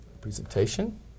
Presentation